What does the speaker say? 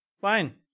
Fine